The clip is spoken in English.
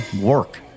work